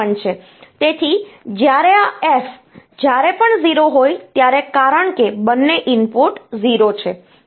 તેથી જ્યારે આ F જ્યારે પણ 0 હોય ત્યારે કારણ કે બંને ઇનપુટ 0 છે